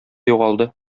югалды